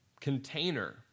container